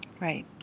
Right